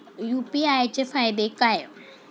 UPI चे फायदे काय?